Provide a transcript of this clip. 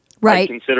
Right